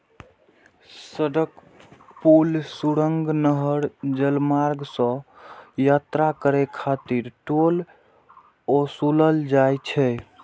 सड़क, पुल, सुरंग, नहर, जलमार्ग सं यात्रा करै खातिर टोल ओसूलल जाइ छै